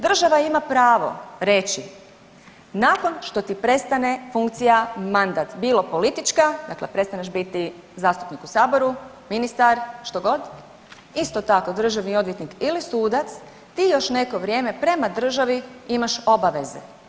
Država ima pravo reći nakon što ti prestane funkcija mandat, bilo politička, dakle prestaneš biti zastupnik u saboru, ministar što god, isto tako državni odvjetnik ili sudac ti još neko vrijeme prema državi imaš obaveze.